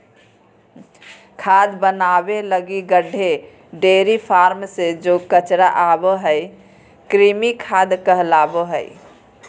खाद बनाबे लगी गड्डे, डेयरी फार्म से जे कचरा आबो हइ, कृमि खाद कहलाबो हइ